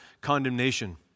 condemnation